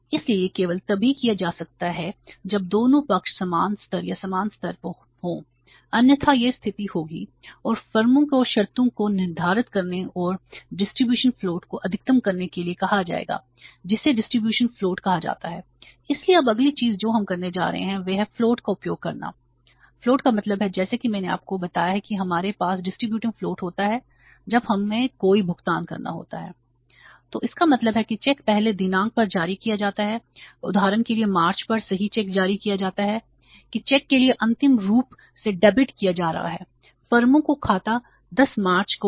इसलिए यह केवल तभी किया जा सकता है जब दोनों पक्ष समान स्तर या समान स्तर पर हों अन्यथा वह स्थिति होगी और फर्मों को शर्तों को निर्धारित करने और डिसबर्समेंट फ्लोट 9disbursement floatको अधिकतम करने के लिए कहा जाएगा जिसे डिसबर्समेंट फ्लोट होता है जब हमें कोई भुगतान करना होता है तो इसका मतलब है कि चेक पहले दिनांक पर जारी किया जाता है उदाहरण के लिए मार्च पर सही चेक जारी किया जाता है कि चेक के लिए अंतिम रूप से डेबिट किया जा रहा है फर्मों का खाता 10 मार्च को है